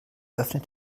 öffnet